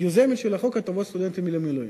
יוזמת של החוק להטבות לסטודנטים במילואים.